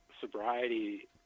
sobriety